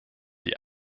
die